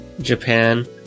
Japan